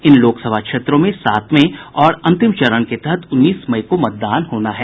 इन लोकसभा क्षेत्रों में सातवें और अंतिम चरण के तहत उन्नीस मई को मतदान होना है